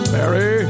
Mary